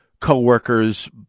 coworkers